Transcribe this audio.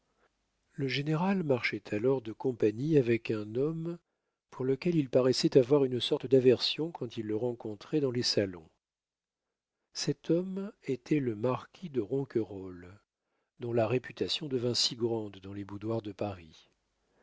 le général marchait alors de compagnie avec un homme pour lequel il paraissait avoir une sorte d'aversion quand il le rencontrait dans les salons cet homme était le marquis de ronquerolles dont la réputation devint si grande dans les boudoirs de paris